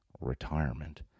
retirement